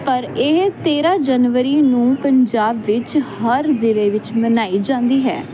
ਪਰ ਇਹ ਤੇਰਾ ਜਨਵਰੀ ਨੂੰ ਪੰਜਾਬ ਵਿੱਚ ਹਰ ਜ਼ਿਲ੍ਹੇ ਵਿੱਚ ਮਨਾਈ ਜਾਂਦੀ ਹੈ